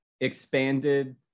expanded